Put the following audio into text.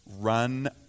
run